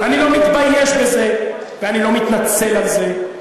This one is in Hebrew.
אני לא מתבייש בזה ואני לא מתנצל על זה.